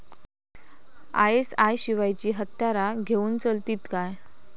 ISI शिवायची हत्यारा घेऊन चलतीत काय?